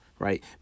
right